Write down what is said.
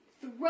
throw